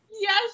Yes